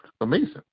amazing